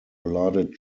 blooded